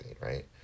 right